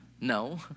No